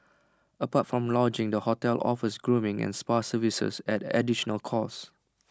apart from lodgings the hotel offers grooming and spa services at additional cost